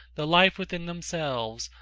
the life within themselves,